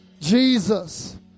Jesus